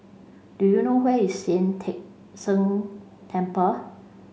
do you know where is Sian Teck Temple